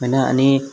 होइन अनि